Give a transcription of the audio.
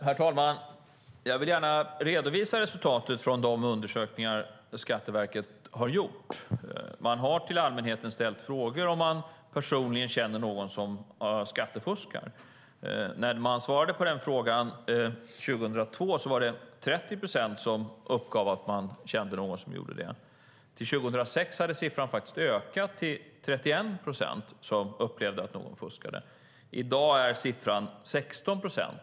Herr talman! Jag vill gärna redovisa resultatet från de undersökningar som Skatteverket har gjort. De har ställt frågor till allmänheten ifall man känner någon som skattefuskar. År 2002 uppgav 30 procent att man kände någon som gjorde det. Till 2006 hade siffran faktiskt ökat till 31 procent som upplevde att någon fuskade. I dag är siffran 16 procent.